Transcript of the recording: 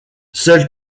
seules